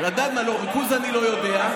ריכוז, אני לא יודע,